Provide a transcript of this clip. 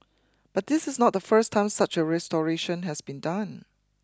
but this is not the first time such a restoration has been done